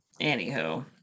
anywho